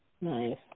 Nice